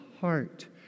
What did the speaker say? heart